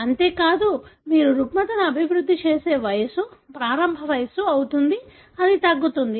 అంతే కాదు మీరు రుగ్మతను అభివృద్ధి చేసే వయస్సు ప్రారంభ వయస్సు అవుతుంది అది తగ్గుతుంది